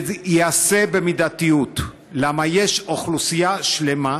שזה ייעשה במידתיות, כי יש אוכלוסייה שלמה,